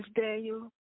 Daniel